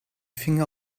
finger